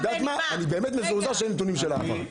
אני באמת מזועזע שאין נתונים של העבר.